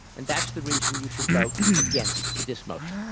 and that's the reason you should vote against this motion.